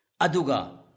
Aduga